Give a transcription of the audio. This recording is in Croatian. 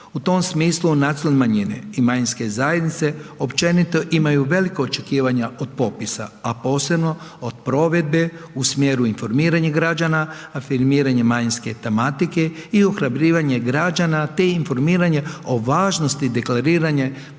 U tom smislu nacionalne manjine i manjinske zajednice općenito imaju veliko očekivanje od popisa, a posebno od provedbe u smjeru informiranja građana, afirmiranje manjinske tematike i ohrabrivanje građana, te informiranje o važnosti deklariranja